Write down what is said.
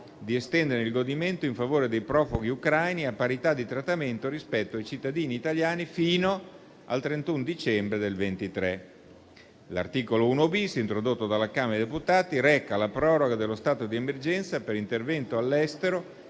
di estendere il godimento in favore dei profughi ucraini a parità di trattamento rispetto ai cittadini italiani fino al 31 dicembre del 2023. L'articolo 1-*bis*, introdotto dalla Camera dei deputati, reca la proroga dello stato di emergenza per intervento all'estero